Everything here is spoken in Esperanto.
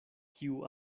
kiu